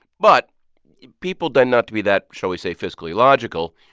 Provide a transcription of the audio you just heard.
but people tend not to be that, shall we say, fiscally logical.